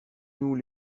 nous